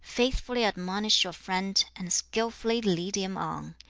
faithfully admonish your friend, and skillfully lead him on.